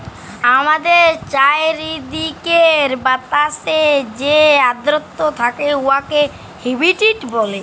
আমাদের চাইরদিকের বাতাসে যে আদ্রতা থ্যাকে উয়াকে হুমিডিটি ব্যলে